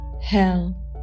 hell